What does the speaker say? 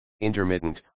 intermittent